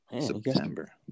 September